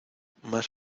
más